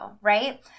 right